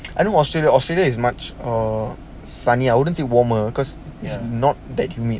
I think australia australia is much err sunny I wouldn't say warmer cause not that humid